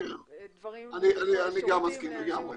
דברים ושירותים --- אני גם מסכים לגמרי.